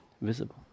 visible